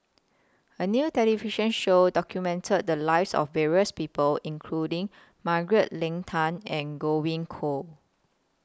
A New television Show documented The Lives of various People including Margaret Leng Tan and Godwin Koay